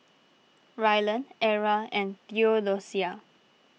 Rylan Era and theodosia